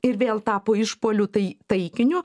ir vėl tapo išpuolių tai taikiniu